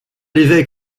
les